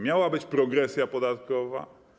Miała być progresja podatkowa.